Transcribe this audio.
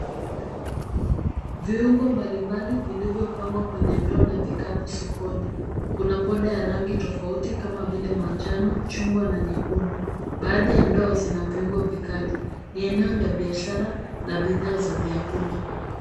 Viungo mbalimbali vilivyopangwa kwenye ndoo na vikapu sokoni. Kuna poda ya rangi tofauti kama vile manjano, chungwa na nyekundu. Baadhi ya ndoo zina viungo vikali. Ni eneo la biashara la bidhaa za vyakula.